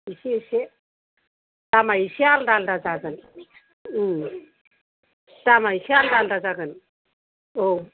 एसे एसे दामा एसे आलदा आलदा जागोन दामा एसे आलदा आलदा जागोन औ